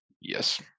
Yes